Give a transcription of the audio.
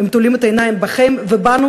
לא לשכוח את האנשים המבוגרים שמתקיימים אך ורק מקצבת